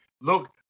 Look